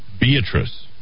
beatrice